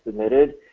submitted.